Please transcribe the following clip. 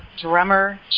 drummer